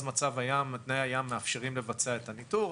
מצב הים ותנאי הים מאפשרים לבצע את הניטור.